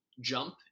jump